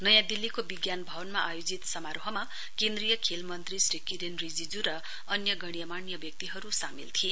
नयाँ दिल्लीको विज्ञान भवनमा आयोजित समारोहमा केन्द्रीय खेल मन्त्री श्री किरेन रिजीजू र अन्य गण्य मान्य व्यक्तिहरु सामेल थिए